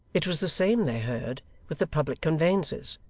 it was the same, they heard, with the public conveyances.